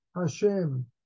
Hashem